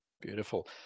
Beautiful